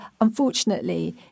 unfortunately